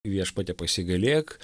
viešpatie pasigailėk